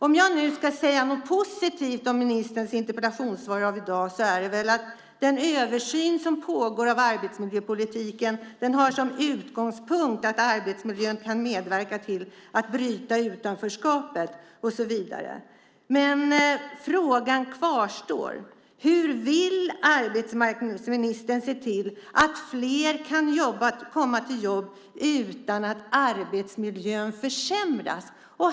Om jag nu ska säga något positivt om ministerns interpellationssvar i dag så är det att den översyn av arbetsmiljöpolitiken som pågår har som utgångspunkt att arbetsmiljön kan medverka till att bryta utanförskapet och så vidare. Frågan kvarstår: Hur vill arbetsmarknadsministern se till att fler kan komma till jobb utan att arbetsmiljön försämras?